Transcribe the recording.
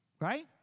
right